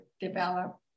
develop